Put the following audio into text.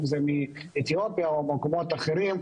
מאתיופיה וממקומות אחרים.